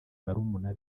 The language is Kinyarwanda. barumuna